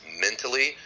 mentally